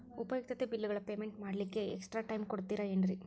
ಉಪಯುಕ್ತತೆ ಬಿಲ್ಲುಗಳ ಪೇಮೆಂಟ್ ಮಾಡ್ಲಿಕ್ಕೆ ಎಕ್ಸ್ಟ್ರಾ ಟೈಮ್ ಕೊಡ್ತೇರಾ ಏನ್ರಿ?